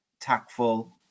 tactful